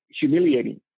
humiliating